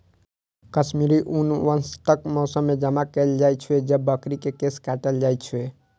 कश्मीरी ऊन वसंतक मौसम मे जमा कैल जाइ छै, जब बकरी के केश काटल जाइ छै